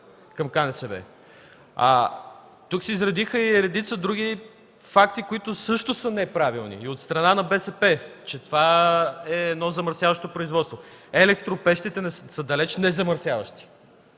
към КНСБ. Тук се изредиха и редица други факти, които също са неправилни – и от страна на БСП, че това е замърсяващо производство. Електропещите далеч не са замърсяващи